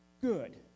good